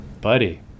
buddy